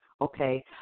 okay